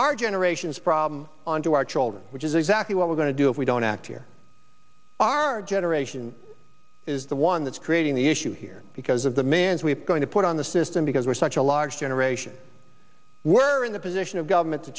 our generation's problem onto our children which is exactly what we're going to do if we don't act here our generation is the one that's creating the issue here because of the man's we're going to put on the system because we're such a large generation we're in the position of government to